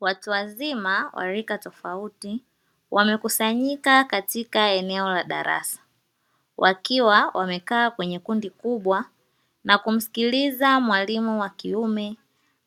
Watu wazima wa rika tofauti wamekusanyika katika eneo la darasa wakiwa wamekaa kwenye kundi kubwa na kumsikiliza mwalimu wa kiume